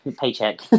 paycheck